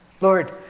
Lord